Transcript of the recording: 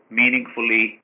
meaningfully